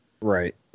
Right